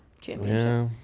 championship